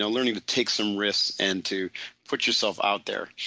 ah learning to take some risk and to put yourself out there.